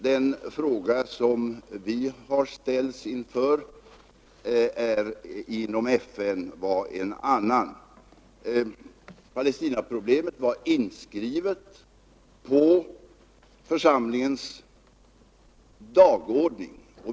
Den fråga som vi har ställts inför inom FN var en annan. Palestinaproblemet var inskrivet på församlingens dagordning.